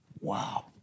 Wow